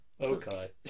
Okay